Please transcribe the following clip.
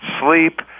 sleep